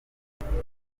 ikiriho